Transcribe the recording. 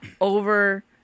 over